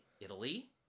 Italy